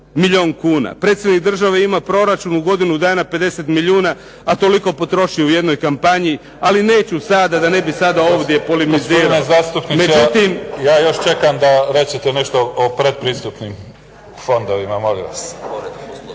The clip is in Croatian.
milijun kuna. Predsjednik države ima proračun u godinu dana 50 milijuna, a toliko potroši u jednoj kampanji. Ali neću sada, da ne bi sada ovdje polemizirali. **Mimica, Neven (SDP)** Gospodine zastupniče, ja još čekam da rečete nešto o predpristupnim fondovima, molim vas.